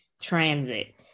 transit